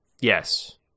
Yes